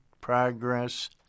progress